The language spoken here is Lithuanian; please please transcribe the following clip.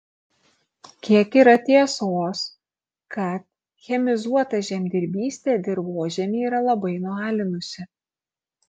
kiek yra tiesos kad chemizuota žemdirbystė dirvožemį yra labai nualinusi